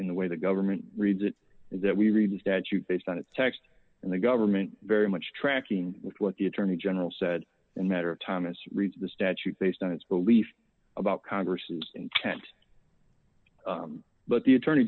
and the way the government reads it is that we read the statute based on the text and the government very much tracking with what the attorney general said in matter of time as read the statute based on its belief about congress intent but the attorney